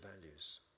values